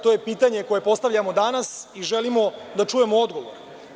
To je pitanje koje postavljamo danas i želimo da čujemo odgovor.